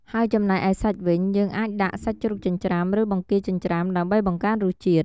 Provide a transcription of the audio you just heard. ហើយចំណែកឯសាច់វិញ យើងអាចដាក់ សាច់ជ្រូកចិញ្ច្រាំ ឬ បង្គាចិញ្ច្រាំ ដើម្បីបង្កើនរសជាតិ។